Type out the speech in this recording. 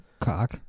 Cock